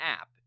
app